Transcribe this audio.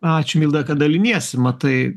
ačiū milda kad daliniesi matai